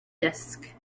disk